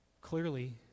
Clearly